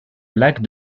lac